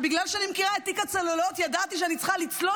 ובגלל שאני מכירה את תיק הצוללות ידעתי שאני צריכה לצלול